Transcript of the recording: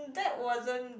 that wasn't